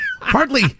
Partly